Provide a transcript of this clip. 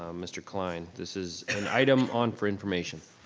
um mr. kline, this is an item on for information.